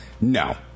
No